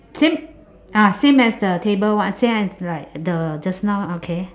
same ah same as the table one same as like the just now okay